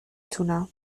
تونم